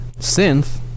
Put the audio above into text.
synth